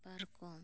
ᱯᱟᱨᱠᱚᱢ